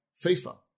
FIFA